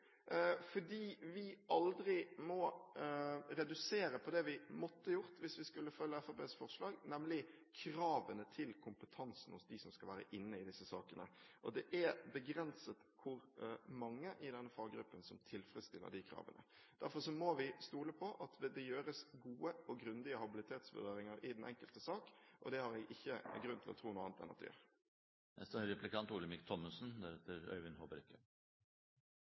fordi vi aldri må redusere på det vi måtte gjort hvis vi skulle fulgt Fremskrittspartiets forslag, nemlig kravene til kompetansen hos dem som skal være inne i disse sakene. Det er begrenset hvor mange i denne faggruppen som tilfredsstiller de kravene. Derfor må vi stole på at det gjøres gode og grundige habilitetsvurderinger i den enkelte sak. Jeg har ikke grunn til å tro noe annet enn at det blir gjort. Jeg tar signalene som statsråden ga, til etterretning, også i forhold til de spørsmål jeg reiste i mitt innlegg. Nå er